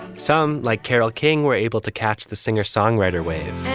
some, like carole king, were able to catch the singer songwriter wave